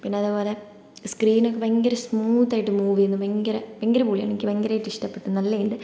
പിന്നെ അതുപോലെ സ്ക്രീനൊക്കെ ഭയങ്കര സ്മൂത്തായിട്ട് മൂവ് ചെയ്യുന്നു ഭയങ്കര ഭയങ്കര പൊളിയാണ് എനിക്ക് ഭയങ്കരമായിട്ട് ഇഷ്ടപ്പെട്ടു നല്ലയിണ്ട്